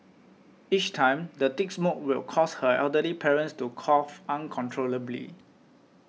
each time the thick smoke would cause her elderly parents to cough uncontrollably